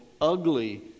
ugly